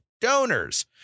Donors